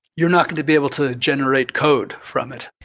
you're not going to be able to generate code from it.